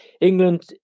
England